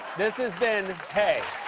this has been hey!